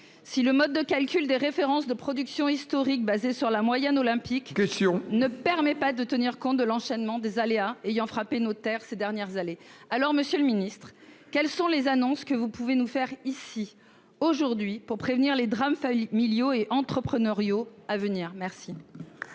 si le mode de calcul des références de production historique, fondé sur la moyenne olympique, ... Votre question !... ne permettent pas de tenir compte de l'enchaînement des aléas ayant frappé nos terres ces dernières années. Monsieur le ministre, quelles annonces pouvez-vous faire ici aujourd'hui pour prévenir les drames familiaux et entrepreneuriaux à venir ? La